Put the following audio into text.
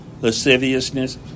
lasciviousness